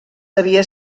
havia